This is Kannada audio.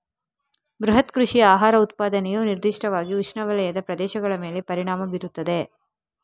ಬೃಹತ್ ಕೃಷಿಯ ಆಹಾರ ಉತ್ಪಾದನೆಯು ನಿರ್ದಿಷ್ಟವಾಗಿ ಉಷ್ಣವಲಯದ ಪ್ರದೇಶಗಳ ಮೇಲೆ ಪರಿಣಾಮ ಬೀರುತ್ತದೆ